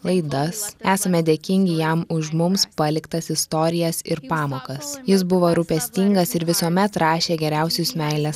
laidas esame dėkingi jam už mums paliktas istorijas ir pamokas jis buvo rūpestingas ir visuomet rašė geriausius meilės